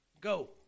Go